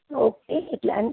okay એટલે અહીં